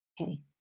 Okay